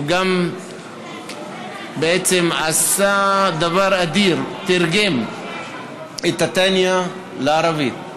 הוא גם עשה דבר אדיר, תרגם את התניא לערבית.